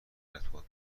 ارتباط